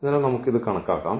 അതിനാൽ നമുക്ക് ഇത് കണക്കാക്കാം